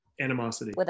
animosity